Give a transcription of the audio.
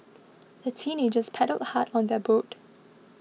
the teenagers paddled hard on their boat